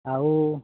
ଆଉ